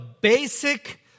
basic